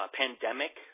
pandemic